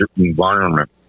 environment